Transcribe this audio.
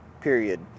period